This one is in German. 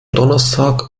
donnerstag